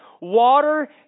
Water